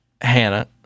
Hannah